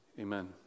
Amen